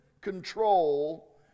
control